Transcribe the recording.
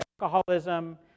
alcoholism